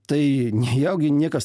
tai nejaugi niekas